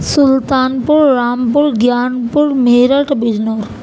سلطان پور Rampur Gyanpur Meerut Bijnor